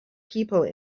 people